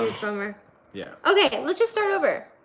bummer. yeah okay, let's just start over.